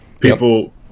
People